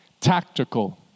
tactical